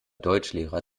deutschlehrer